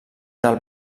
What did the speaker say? del